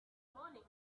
morning